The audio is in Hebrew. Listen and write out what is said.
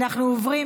להוסיף,